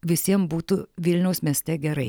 visiem būtų vilniaus mieste gerai